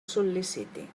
sol·liciti